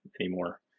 anymore